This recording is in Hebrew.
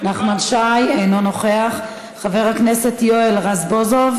אנא פנה לראש ממשלת ישראל,